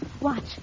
Watch